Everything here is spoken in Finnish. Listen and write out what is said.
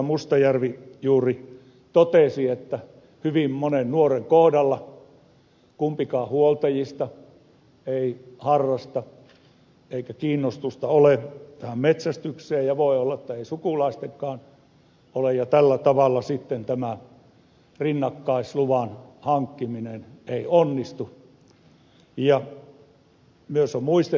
mustajärvi juuri totesi että hyvin monen nuoren kohdalla kumpikaan huoltajista ei harrasta metsästystä eikä kiinnostusta ole metsästykseen ja voi olla että ei sukulaisillakaan ole ja tällä tavalla sitten tämä rinnakkaisluvan hankkiminen ei onnistu